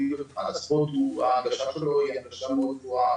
הוא ההנגשה שלו היא הנגשה מאוד גבוהה,